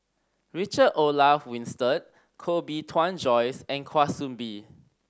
Richard Olaf Winstedt Koh Bee Tuan Joyce and Kwa Soon Bee